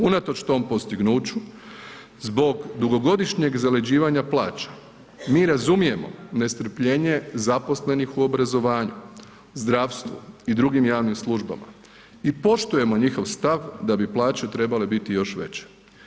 Unatoč tom postignuću zbog dugogodišnjeg zaleđivanja plaća mi razumijemo nestrpljenje zaposlenih u obrazovanju, zdravstvu i drugim javnim službama i poštujemo njihov stav da bi plaće trebale biti još veće.